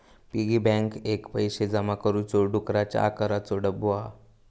piggy bank एक पैशे जमा करुचो डुकराच्या आकाराचो डब्बो हा